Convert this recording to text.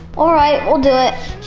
all right we'll do it.